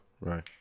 Right